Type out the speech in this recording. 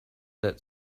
that